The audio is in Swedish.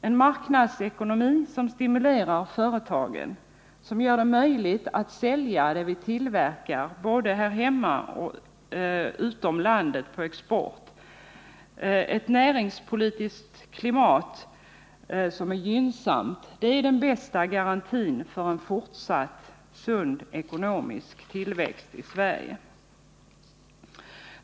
En marknadsekonomi som stimulerar företagen, som gör det möjligt att sälja det vi tillverkar både här hemma och utom landet på export, och ett näringspolitiskt gynnsamt klimat är den bästa garantin för en fortsatt sund ekonomisk tillväxt i Sverige.